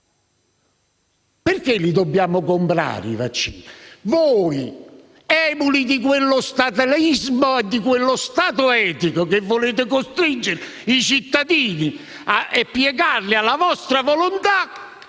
Perché dobbiamo comprare i vaccini? Voi, emuli di quello statalismo e Stato etico, tanto da voler costringere i cittadini e piegarli alla vostra volontà,